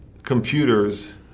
computers